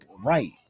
right